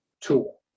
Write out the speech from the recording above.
tool